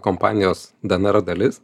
kompanijos dnr dalis